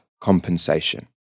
compensation